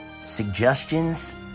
suggestions